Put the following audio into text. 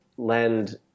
lend